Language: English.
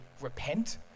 repent